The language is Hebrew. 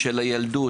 הילדות,